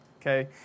okay